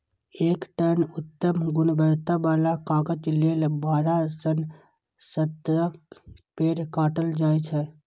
एक टन उत्तम गुणवत्ता बला कागज लेल बारह सं सत्रह पेड़ काटल जाइ छै